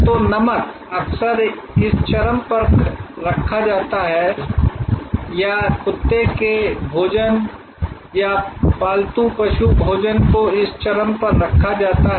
तो नमक अक्सर इस चरम पर रखा जाता है या कुत्ते के भोजन या पालतू पशु भोजन को इस चरम पर रखा जाता है